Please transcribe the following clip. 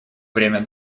время